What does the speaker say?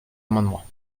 amendement